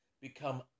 become